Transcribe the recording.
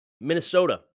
Minnesota